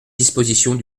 dispositions